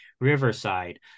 Riverside